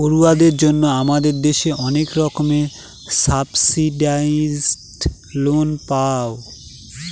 পড়ুয়াদের জন্য আমাদের দেশে অনেক রকমের সাবসিডাইসড লোন পায়